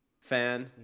fan